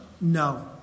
No